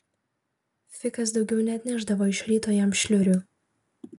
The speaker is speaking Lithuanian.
fikas daugiau neatnešdavo iš ryto jam šliurių